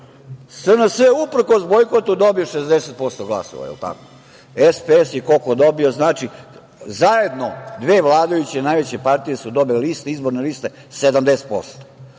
SNS je uprkos bojkotu dobio 60% glasova, SPS je koliko dobio, znači zajedno dve vladajuće najveće partije su dobile, izborne liste,